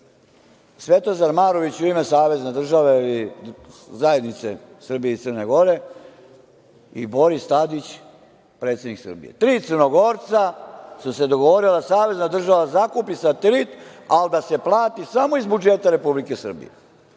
Svetozar Marović u ime savezne države ili zajednice Srbije i Crne Gore i Boris Tadić predsednik Srbije. Tri Crnogorca su se dogovorila da savezna država zakupi satelit, ali da se plati samo iz budžeta Republike Srbije.